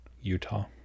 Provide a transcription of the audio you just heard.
Utah